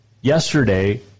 yesterday